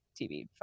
TV